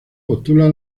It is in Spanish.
postula